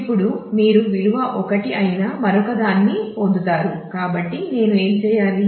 ఇప్పుడు మీరు విలువ 1 అయిన మరొకదాన్ని పొందుతారు కాబట్టి నేను ఏమి చేయాలి